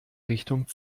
richtung